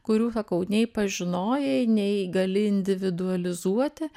kurių sakau nei pažinojai nei gali individualizuoti